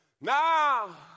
Now